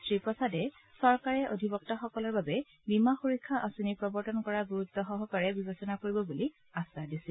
শ্ৰীপ্ৰসাদে চৰকাৰে অধিবক্তাসকলৰ বাবে বীমা সুৰক্ষা আঁচনি প্ৰৱৰ্তনৰ কথা গুৰুত্ব সহকাৰে বিবেচনা কৰিব বুলি আশ্বাস দিছিল